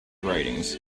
writings